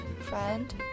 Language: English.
friend